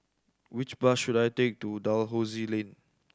which bus should I take to Dalhousie Lane